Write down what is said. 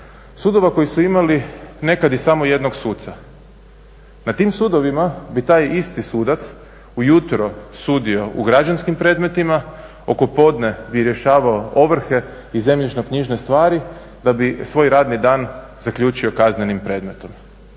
sudova koji su imali nekad i samo jednog suca. Na tim sudovima bi taj isti sudac ujutro sudio u građanskim predmetima, oko podne bi rješavao ovrhe i zemljišno-knjižne stvari da bi svoj radni dan zaključio kaznenim predmetom.